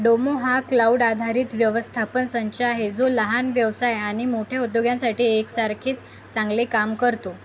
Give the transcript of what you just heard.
डोमो हा क्लाऊड आधारित व्यवस्थापन संच आहे जो लहान व्यवसाय आणि मोठ्या उद्योगांसाठी एकसारखेच चांगले काम करतो